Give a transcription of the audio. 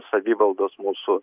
savivaldos mūsų